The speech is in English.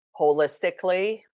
holistically